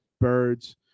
Birds